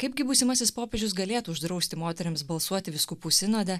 kaip gi būsimasis popiežius galėtų uždrausti moterims balsuoti vyskupų sinode